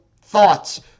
thoughts